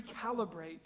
recalibrate